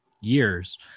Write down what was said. years